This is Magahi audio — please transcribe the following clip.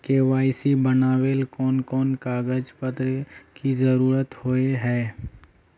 के.वाई.सी बनावेल कोन कोन कागज पत्र की जरूरत होय है?